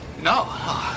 No